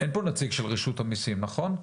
אין פה נציג של רשות המיסים נכון?